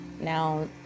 Now